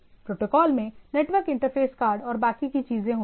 protocol में network interface card और बाकी की चीजें होती हैं